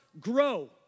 grow